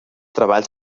treballs